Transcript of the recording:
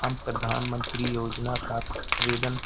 हम प्रधनमंत्री योजना खातिर आवेदन